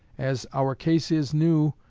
as our case is new,